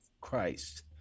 Christ